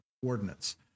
coordinates